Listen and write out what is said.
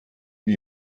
wie